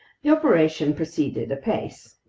the operation proceeded apace.